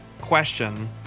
question